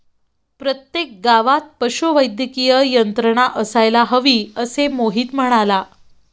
प्रत्येक गावात पशुवैद्यकीय यंत्रणा असायला हवी, असे मोहित म्हणाला